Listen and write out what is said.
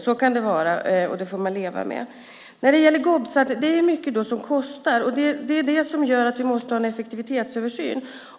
Så kan det vara; det får man leva med. Vad gäller GOB är det mycket som kostar. Det gör att vi måste ha en effektivitetsöversyn.